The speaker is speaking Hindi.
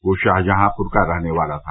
वह शाहजहांपुर का रहने वाला था